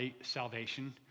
salvation